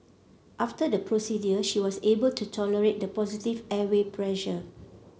after the procedure she was able to tolerate the positive airway pressure